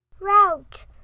Route